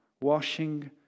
washing